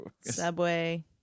Subway